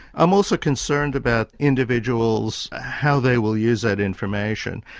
i'm also concerned about individuals how they will use that information.